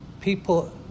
People